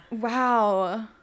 Wow